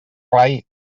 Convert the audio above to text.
rai